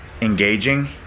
engaging